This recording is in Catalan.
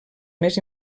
més